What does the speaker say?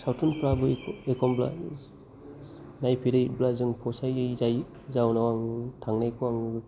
सावथुनफ्राबो एखनब्ला नायफेरै बा जों फसायै जायो जाहोनाव आं थांनायखौ आं